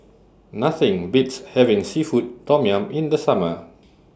Nothing Beats having Seafood Tom Yum in The Summer